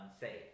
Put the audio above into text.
unsafe